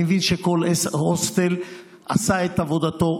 אני מבין שכל הוסטל עשה את עבודתו,